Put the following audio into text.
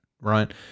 right